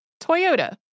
Toyota